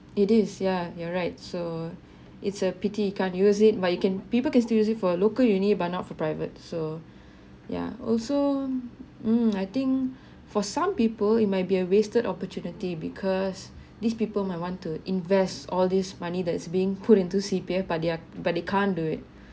it is yeah you're right so it's a pity you can't use it but you can people can still use it for local uni but not for private so ya also mm I think for some people it might be a wasted opportunity because these people might want to invest all this money that's being put into C_P_F but they're but they can't do it